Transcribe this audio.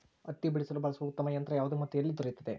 ಹತ್ತಿ ಬಿಡಿಸಲು ಬಳಸುವ ಉತ್ತಮ ಯಂತ್ರ ಯಾವುದು ಮತ್ತು ಎಲ್ಲಿ ದೊರೆಯುತ್ತದೆ?